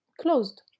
closed